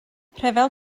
rhyfel